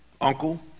Uncle